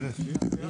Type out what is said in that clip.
תודה